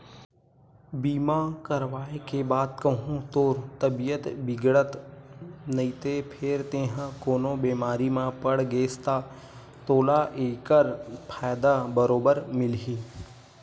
बीमा करवाय के बाद कहूँ तोर तबीयत बिगड़त नइते फेर तेंहा कोनो बेमारी म पड़ गेस ता तोला ऐकर फायदा बरोबर मिलही